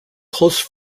close